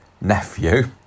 nephew